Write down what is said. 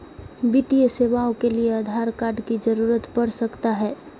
वित्तीय सेवाओं के लिए आधार कार्ड की जरूरत पड़ सकता है?